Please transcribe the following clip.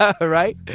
Right